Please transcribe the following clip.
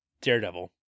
Daredevil